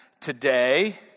today